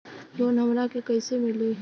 Loan हमरा के कईसे मिली?